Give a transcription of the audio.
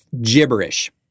gibberish